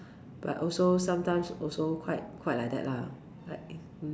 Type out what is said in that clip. but also sometimes also quite quite like that lah like mm